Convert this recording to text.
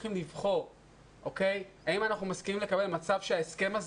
צריכים לבחור האם אנחנו מסכימים לקבל מצב שההסכם הזה